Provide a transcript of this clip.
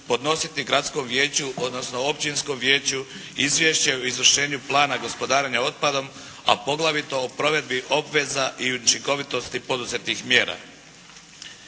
podnositi gradskom vijeću odnosno općinskom vijeću izvješće o izvršenju Plana gospodarenja otpadom, a poglavito o provedbi obveza i učinkovitosti poduzetih mjera.